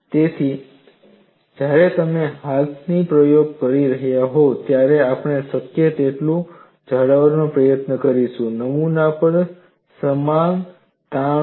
તેથી જ્યારે તમે હાથથી પ્રયોગ કરી રહ્યા હોવ ત્યારે આપણે શક્ય તેટલું જાળવવાનો પ્રયત્ન કરીશું નમૂના પર સમાન તાણ છે